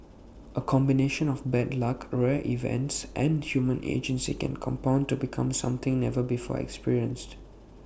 A combination of bad luck rare events and human agency can compound to become something never before experienced